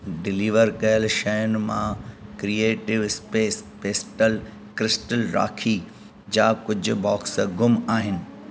deliver कयल शयुनि मां creative space pastel crystal rakhi जा कुझु बॉक्स ग़ुम आहिनि